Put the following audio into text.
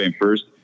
first